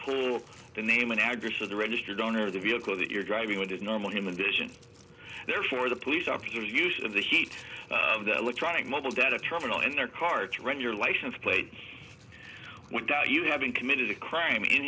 pull the name and address of the registered owner of the vehicle that you're driving with his normal human vision therefore the police officers use in the heat of the electronic model that a terminal in their car to run your license plate without you having committed a crime in